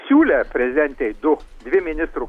siūlė prezidentei du dvi ministrų